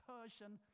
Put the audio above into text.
Persian